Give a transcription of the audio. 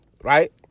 right